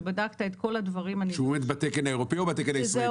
שבדקת את כל הדברים --- שהוא בתקן האירופאי או בתקן הישראלי?